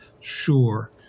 sure